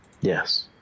Yes